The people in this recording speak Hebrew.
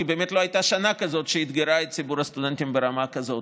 כי באמת לא הייתה שנה שאתגרה את ציבור הסטודנטים ברמה כזאת.